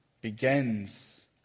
begins